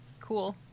cool